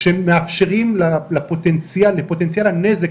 כשמאפשרים לפוטנציאל הנזק,